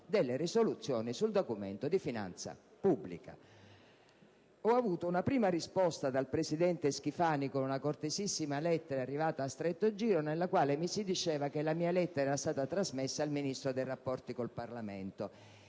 delle risoluzioni sulla Decisione di finanza pubblica. Ho avuto una prima risposta dal presidente Schifani con una cortesissima lettera arrivata a stretto giro nella quale mi si diceva che la mia lettera era stata trasmessa al Ministro per i rapporti con il Parlamento.